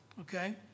okay